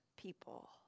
people